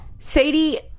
Sadie